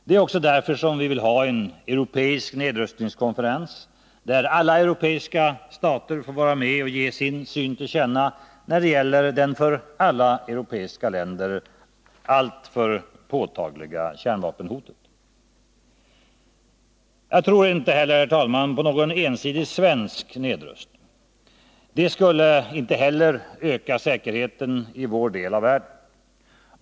Det är också därför vi vill ha till stånd en europeisk nedrustningskonferens, där alla europeiska stater får vara med och ge sin syn på det för alla europeiska länder alltför påtagliga kärnvapenhotet. Jag tror inte heller, herr talman, på någon ensidig svensk nedrustning. Det skulle inte heller öka säkerheten i vår del av världen.